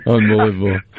Unbelievable